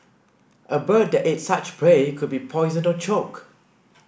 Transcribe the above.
a bird that ate such prey could be poisoned or choke